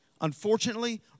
Unfortunately